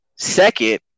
Second